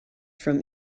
from